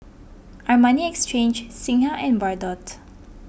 Armani Exchange Singha and Bardot